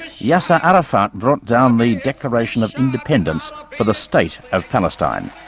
yasser arafat brought down the declaration of independence for the state of palestine.